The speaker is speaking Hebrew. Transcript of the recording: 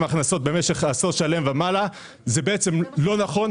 הכנסות במשך עשור שלם ומעלה זה לא נכון,